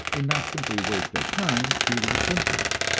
and not simply waste our time treating symptoms,